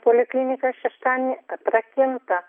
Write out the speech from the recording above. poliklinika šeštadienį atrakinta